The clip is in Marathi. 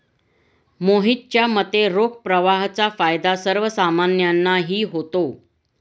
मोहितच्या मते, रोख प्रवाहाचा फायदा सर्वसामान्यांनाही होतो